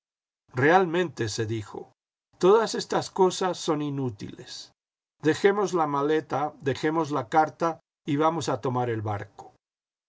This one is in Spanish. realmente se dijo todas estas cosas son inútiles dejemos la maleta dejemos la carta y vamios a tomar el barco